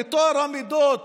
לטוהר המידות,